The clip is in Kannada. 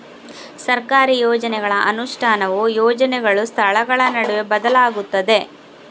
ಸರ್ಕಾರಿ ಯೋಜನೆಗಳ ಅನುಷ್ಠಾನವು ಯೋಜನೆಗಳು, ಸ್ಥಳಗಳ ನಡುವೆ ಬದಲಾಗುತ್ತದೆ